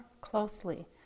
closely